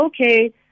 okay